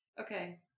Okay